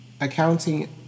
accounting